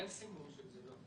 אין סימון של זה, לא.